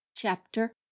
Chapter